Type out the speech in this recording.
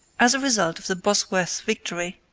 as a result of the bosworth victory,